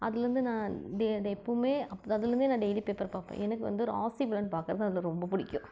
அதுலேருந்து நான் டெ அதை எப்போவுமே அப் அதிலேருந்தே நான் டெய்லி பேப்பர் பார்ப்பேன் எனக்கு வந்து ராசி பலன் பார்க்குறது அதில் ரொம்ப பிடிக்கும்